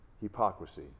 hypocrisy